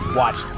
watch